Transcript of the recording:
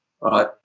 right